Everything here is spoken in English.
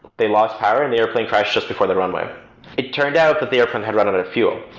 they lost power and the airplane crashed just before the runway it turned out that the airplane had run out of fuel.